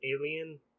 Alien